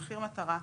מחיר מטרה,